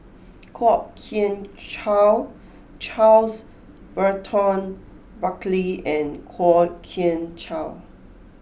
Kwok Kian Chow Charles Burton Buckley and Kwok Kian Chow